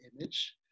image